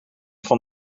van